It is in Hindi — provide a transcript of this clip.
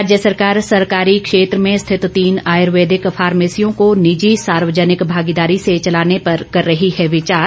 राज्य सरकार सरकारी क्षेत्र में स्थित तीन आयुर्वेदिक फार्मेसियों को निजी सार्वजनिक भागीदारी से चलाने पर कर रही है विचार